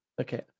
okay